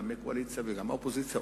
גם מהקואליציה וגם מהאופוזיציה,